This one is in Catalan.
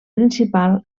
principal